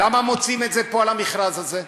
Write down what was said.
למה מוציאים את זה פה על המכרז הזה?